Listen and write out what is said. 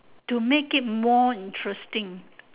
to make it more interesting